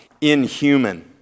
inhuman